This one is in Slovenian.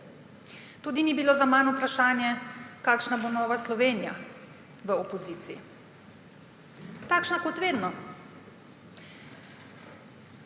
Tudi ni bilo zaman vprašanje, kakšna bo Nova Slovenija v opoziciji. Takšna kot vedno.